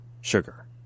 sugar